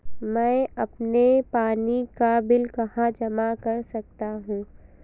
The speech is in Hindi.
मैं अपने पानी का बिल कहाँ जमा कर सकता हूँ?